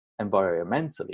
environmentally